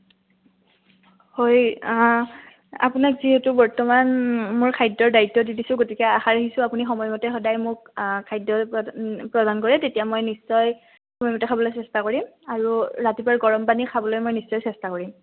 হয় আপোনাক যিহেতু বৰ্তমান মোৰ খাদ্যৰ দায়িত্ব দি দিছোঁ গতিকে আশা ৰাখিছোঁ আপুনি সময়মতে সদায় মোক খাদ্য প্ৰদান কৰে তেতিয়া মই নিশ্চয় সময়মতে খাবলৈ চেষ্টা কৰিম আৰু ৰাতিপুৱাৰ গৰম পানী খাবলৈ মই নিশ্চয় চেষ্টা কৰিম